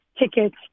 Tickets